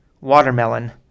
watermelon